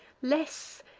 less,